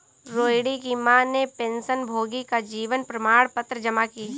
रोहिणी की माँ ने पेंशनभोगी का जीवन प्रमाण पत्र जमा की